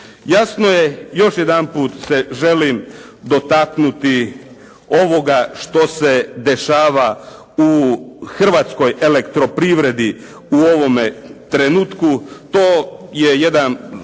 Jasno je, još jedanput se želim dotaknuti ovoga što se dešava u Hrvatskoj elektroprivredi u ovome trenutku. To je jedan